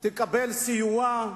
תקבל סיוע,